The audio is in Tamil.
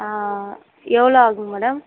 எவ்வளோ ஆகும் மேடம்